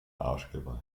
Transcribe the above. arschgeweih